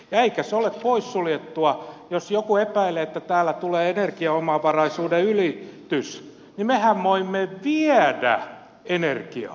eikä se ole poissuljettua jos joku epäilee että täällä tulee energiaomavaraisuuden ylitys että me voimme viedä energiaa